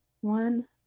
One